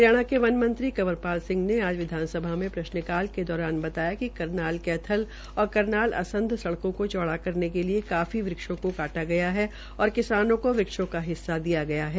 हरियाणा के वन मंत्री कंवर पाल सिंह ने आज विधानसभा के प्रश्न काल के दौरान बताया कि करनाल कैथल और करनाल असंध सड़कों को चौड़ा करने के लिए काफी वृक्षों को काश गया है और किसानों को वृक्षों का हिस्सा दिया गया है